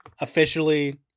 officially